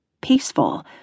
peaceful